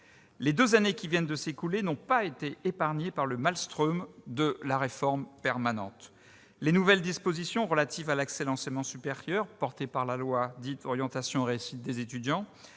Les deux années qui viennent de s'écouler n'ont pas été épargnées par le maelström de la réforme permanente. Les nouvelles dispositions relatives à l'accès à l'enseignement supérieur contenues dans la loi Orientation et réussite des étudiants,